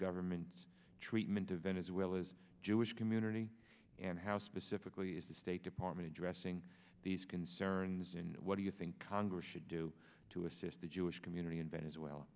government treatment of venezuela's jewish community and how specifically is the state department addressing these concerns and what do you think congress should do to assist the jewish community in